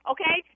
Okay